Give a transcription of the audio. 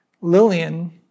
Lillian